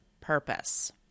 purpose